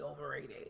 overrated